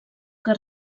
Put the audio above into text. que